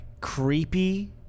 creepy